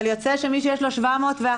אבל יוצא שמי שיש לו 701,